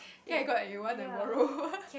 ya I got eh you want I borrow